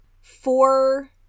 four